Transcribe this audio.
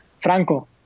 Franco